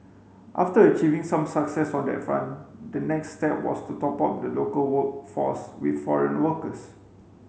after achieving some success on that front the next step was to top up the local workforce with foreign workers